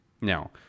Now